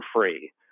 free